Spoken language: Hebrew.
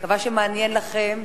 אני מקווה שמעניין לכם.